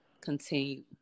Continue